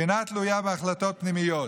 שאינה תלויה בהחלטות פנימיות.